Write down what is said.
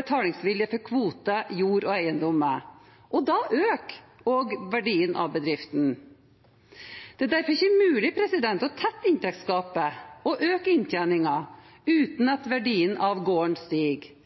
betalingsvilje for kvoter, jord og eiendommer, og da øker også verdien av bedriften. Det er derfor ikke mulig å tette inntektsgapet og øke inntjeningen uten at verdien av gården